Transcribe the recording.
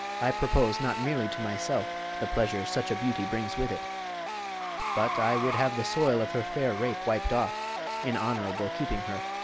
i propose not merely to myself the pleasures such a beauty brings with it but i would have the soil of her fair rape wip'd off in honourable keeping her.